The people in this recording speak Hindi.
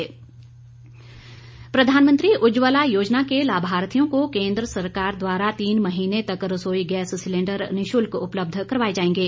उज्जवला योजना प्रधानमंत्री उज्जवला योजना के लाभार्थियों को केंद्र सरकार द्वारा तीन महीने तक रसोई गैस सिलेंडर निशुल्क उपलब्ध करवाए जाएंगे